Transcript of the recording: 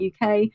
uk